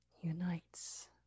unites